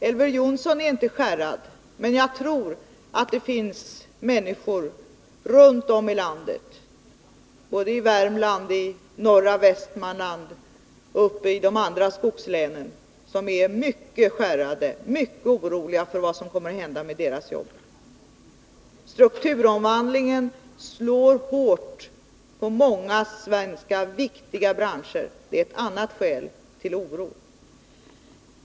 Elver Jonsson är inte skärrad, men jag tror att det finns människor runt om i landet —- i Värmland, i norra Västmanland och uppe i de andra skogslänen — som är mycket skärrade, mycket oroliga för vad som kommer att hända med deras jobb. Strukturomvandlingen slår hårt mot många viktiga svenska branscher. Det är ett annat skäl till oro.